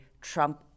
Trump